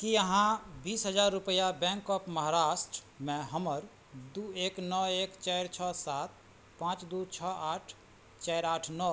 की अहाँ बीस हजार रुपैया बैँक ऑफ महाराष्ट्रमे हमर दुइ एक नओ एक चारि छओ सात पाँच दुइ छओ आठ चारि आठ नओ